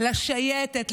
לשייטת,